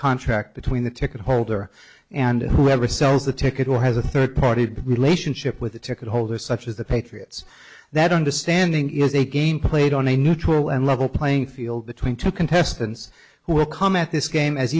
contract between the ticket holder and whoever sells the ticket who has a third party relationship with the ticket holder such as the patriots that understanding is a game played on a neutral and level playing field between two contestants who will come at this game as